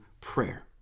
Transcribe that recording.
prayer